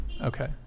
Okay